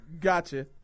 Gotcha